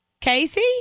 Casey